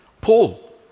Paul